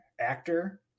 Actor